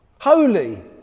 Holy